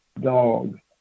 Dogs